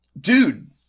dude